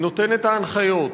נותן את ההנחיות,